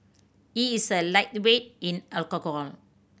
he is a lightweight in